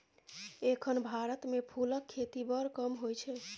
एखन भारत मे फुलक खेती बड़ कम होइ छै